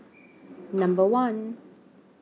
number one